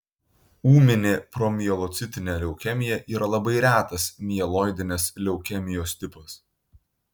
ūminė promielocitinė leukemija yra labai retas mieloidinės leukemijos tipas